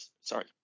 sorry